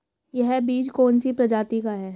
यह बीज कौन सी प्रजाति का है?